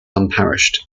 unparished